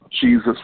Jesus